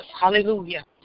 Hallelujah